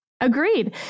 Agreed